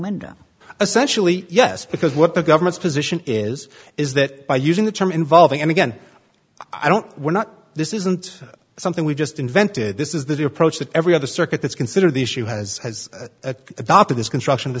window essentially yes because what the government's position is is that by using the term involving and again i don't we're not this isn't something we just invented this is the approach that every other circuit that's considered the issue has adopted this construction the